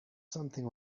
something